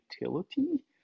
utility